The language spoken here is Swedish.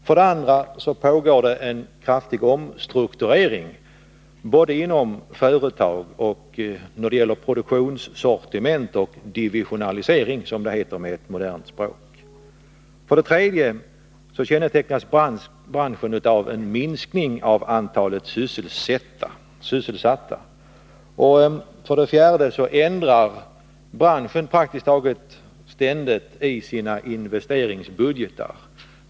För det andra pågår en kraftig omstrukturering både inom företag och när det gäller produktionssortiment och divisionalisering, som det heter med ett modernt språk. För det tredje kännetecknas branschen av en minskning av antalet sysselsatta. För det fjärde ändrar branschen praktiskt taget ständigt i sina investeringsbudgetar.